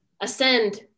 ascend